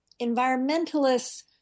environmentalists